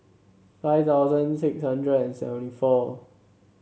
five thousand six hundred and seventy four